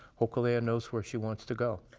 hokulea knows where she wants to go.